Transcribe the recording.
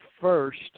first